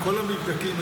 בכל המבדקים,